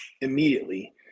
immediately